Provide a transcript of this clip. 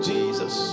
Jesus